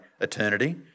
eternity